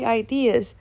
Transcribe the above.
ideas